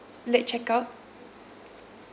late check out